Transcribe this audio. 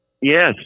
Yes